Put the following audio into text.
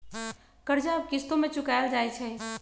कर्जा अब किश्तो में चुकाएल जाई छई